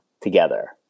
together